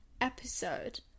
episode